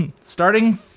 starting